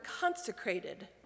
consecrated